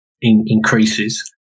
increases